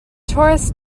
torus